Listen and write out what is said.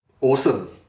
Awesome